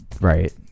Right